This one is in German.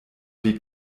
wie